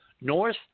North